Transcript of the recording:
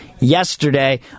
yesterday